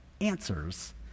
answers